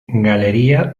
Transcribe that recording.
galería